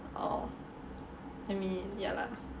oh I mean ya lah